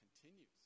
continues